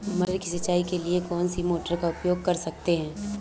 मटर की सिंचाई के लिए कौन सी मोटर का उपयोग कर सकते हैं?